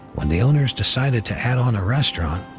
when the owners decided to add on a restaurant,